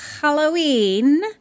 Halloween